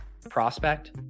prospect